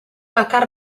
bakar